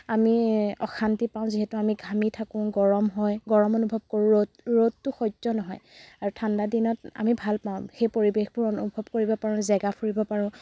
আমি অশান্তি পাওঁ যিহেতু আমি ঘামি থাকোঁ গৰম হয় গৰম অনুভৱ কৰোঁ ৰ'দ ৰ'দটো সহ্য নহয় আৰু ঠাণ্ডা দিনত আমি ভাল পাওঁ সেই পৰিৱেশবোৰ অনুভৱ কৰিব পাৰোঁ জেগা ফুৰিব পাৰো